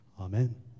Amen